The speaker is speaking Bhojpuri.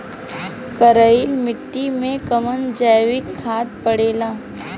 करइल मिट्टी में कवन जैविक खाद पड़ेला?